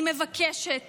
אני מבקשת